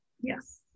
Yes